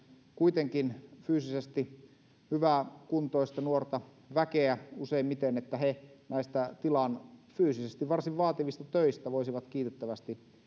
fyysisesti hyväkuntoista nuorta väkeä useimmiten että he näistä tilan fyysisesti varsin vaativista töistä voisivat kiitettävästi